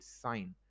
sign